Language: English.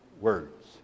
words